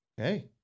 Okay